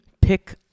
pick